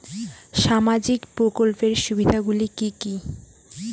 সামাজিক প্রকল্পের সুবিধাগুলি কি কি?